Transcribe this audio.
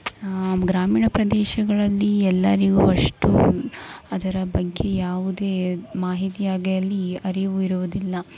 ಗ್ರಾಮೀಣ ಪ್ರದೇಶಗಳಲ್ಲಿ ಎಲ್ಲರಿಗೂ ಅಷ್ಟು ಅದರ ಬಗ್ಗೆ ಯಾವುದೇ ಮಾಹಿತಿಯಾಗಲಿ ಅರಿವು ಇರುವುದಿಲ್ಲ